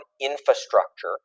infrastructure